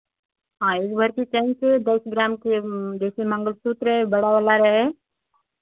हाँ एक भर की चैन चाहिए दो सौ ग्राम के जैसे मंगलसूत्र है बड़ा वाला रहे